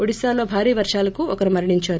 ఒడిశాలో భారీ వర్షాలకు ఒకరు మరణించారు